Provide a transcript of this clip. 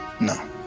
No